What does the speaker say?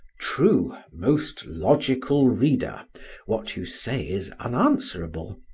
true, most logical reader what you say is unanswerable.